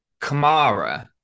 Kamara